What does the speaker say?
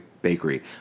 Bakery